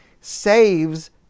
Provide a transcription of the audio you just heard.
saves